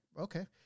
Okay